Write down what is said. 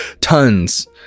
tons